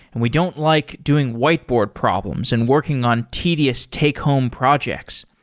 and we don't like doing whiteboard problems and working on tedious take home projects.